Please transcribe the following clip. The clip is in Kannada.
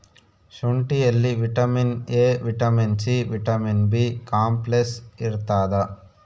ಶುಂಠಿಯಲ್ಲಿ vitamin A vitamin C vitamin B complex ಇರ್ತಾದ